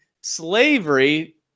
slavery